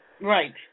Right